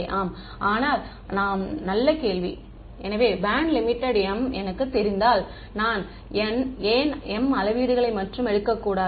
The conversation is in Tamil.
ஆம் ஆனால் ஆமாம் நல்ல கேள்வி எனவே பேண்ட் லிமிடெட் m என்று எனக்குத் தெரிந்தால் நான் ஏன் m அளவீடுகளை மட்டும் எடுக்கக்கூடாது